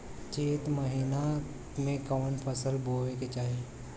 चैत महीना में कवन फशल बोए के चाही?